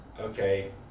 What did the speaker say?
okay